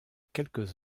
quelques